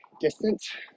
distance